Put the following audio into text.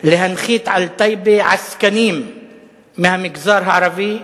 להנחית על טייבה עסקנים מהמגזר הערבי,